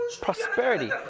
prosperity